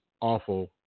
awful